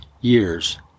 years